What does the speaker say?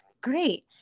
great